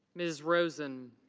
ms. rosen.